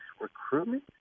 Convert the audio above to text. recruitment